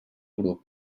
grup